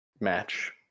match